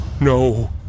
No